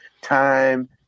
time